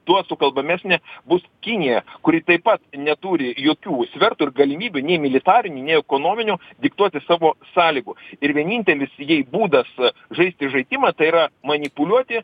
tuo sukalbamesnė bus kinija kuri taip pat neturi jokių svertų ir galimybių nei militarinių nei ekonominių diktuoti savo sąlygų ir vienintelis jai būdas žaisti žaidimą tai yra manipuliuoti